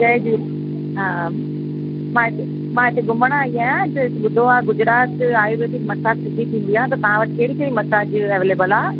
जय झूले हा मां हिते मां हिते घुमण आई आहियां मां ॿुधो आहे गुजरात आयुर्वेदिक मसाज सुठी थींदी आहे त तव्हां वटि कहिड़ी कहिड़ी मसाज अवैलेबल आहे